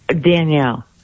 Danielle